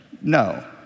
No